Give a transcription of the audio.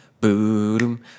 boom